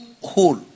hole